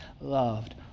loved